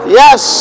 yes